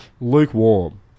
Lukewarm